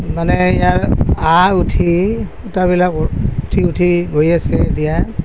মানে ইয়াৰ আঁহ উঠি সুতাবিলাক উঠি উঠি গৈ আছে এতিয়া